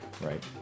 Right